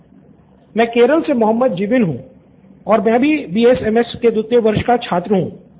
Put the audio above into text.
student 7 मैं केरल से मोहम्मद जीबिन हूँ और मैं भी बीएसएमएस के दुत्य वर्ष का छात्र हूँ